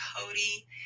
Cody